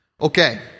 okay